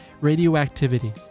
radioactivity